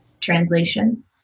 translation